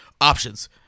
options